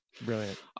Brilliant